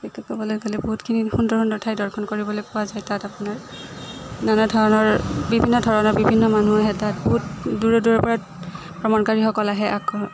একে ক'বলৈ গ'লে বহুতখিনি সুন্দৰ সুন্দৰ ঠাই দৰ্শন কৰিবলৈ পোৱা যায় তাত আপোনাৰ নানা ধৰণৰ বিভিন্ন ধৰণৰ বিভিন্ন মানুহ আহে তাত বহুত দূৰৰ দূৰৰ পৰা ভ্ৰমণকাৰীসকল আহে আগ্ৰ